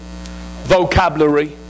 vocabulary